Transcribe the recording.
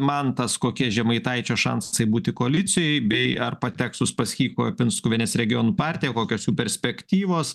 mantas kokie žemaitaičio šansai būti koalicijoj bei ar pateks uspaskicho pinskuvienės regionų partija kokios jų perspektyvos